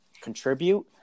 contribute